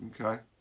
okay